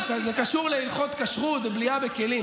זה קשור להלכות כשרות ובליעה בכלים.